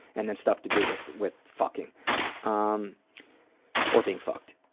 and then stuff to do with with fucking um or being fucked.